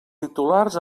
titulats